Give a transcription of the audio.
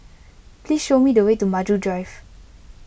please show me the way to Maju Drive